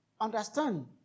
understand